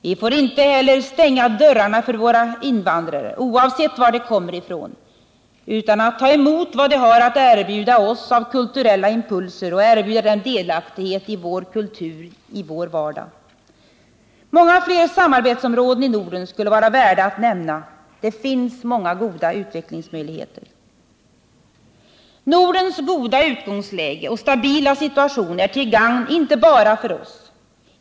Vi får inte heller stänga dörrarna för våra invandrare, oavsett var de kommer ifrån, utan ta emot vad de har att erbjuda oss av kulturella impulser och erbjuda dem delaktighet i vår kultur, i vår vardag. Många fler samarbetsområden i Norden skulle vara värda att nämna. Det finns goda utvecklingsmöjligheter. Nordens goda utgångsläge och stabila situation är till gagn inte bara för oss.